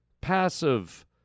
passive